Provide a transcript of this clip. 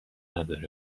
نداره